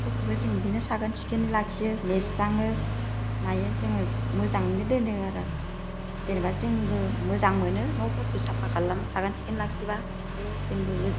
न'फोरखौबो जों बिदिनो जों बिदिनो साखोन सिखोनै लाखियो लेरस्राङो मायो जोङो मोजाङैनो दोनो आरो जेनेबा जोंबो मोजां मोनो न'फोरखौ साफ्पा खालाम साखोन सिखोन लाखिबा जोंबो